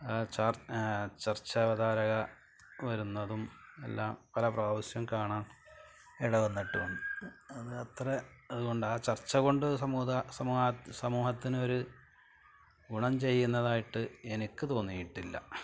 ചർച്ചാവതാരക വരുന്നതും എല്ലാം പല പ്രാവശ്യം കാണാന് ഇട വന്നിട്ടും ഉണ്ട് അതത്ര അതുകൊണ്ട് ആ ചർച്ച കൊണ്ട് സമൂഹത്തിനൊരു ഗുണം ചെയ്യുന്നതായിട്ട് എനിക്ക് തോന്നിയിട്ടില്ല